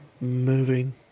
moving